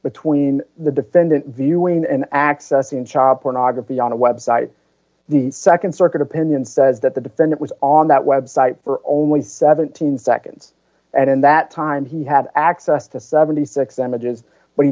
between the defendant viewing and accessing child pornography on a web site the nd circuit opinion says that the defendant was on that web site for only seventeen seconds and in that time he had access to seventy six images but he